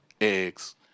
eggs